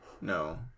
No